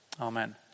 Amen